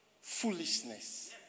Foolishness